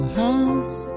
house